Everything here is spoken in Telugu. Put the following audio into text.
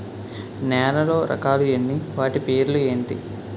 నేలలో రకాలు ఎన్ని వాటి పేర్లు ఏంటి?